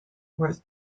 worth